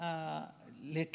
זה נכון.